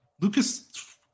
Lucas